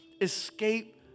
escape